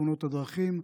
בתאונות הדרכים.